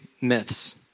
myths